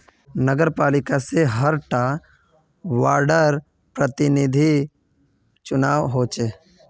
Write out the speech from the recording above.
नगरपालिका से हर टा वार्डर प्रतिनिधिर चुनाव होचे